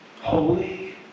Holy